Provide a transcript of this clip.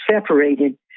separated